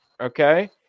Okay